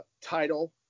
title